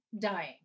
dying